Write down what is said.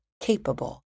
Capable